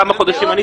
כמה חודשים.